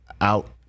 out